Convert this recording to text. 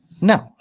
no